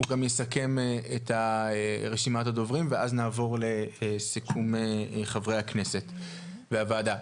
הוא גם יסכם את רשימת הדוברים ואז נעבור לסיכום חברי הכנסת והוועדה.